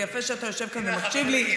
ויפה שאתה יושב כאן ומקשיב לי,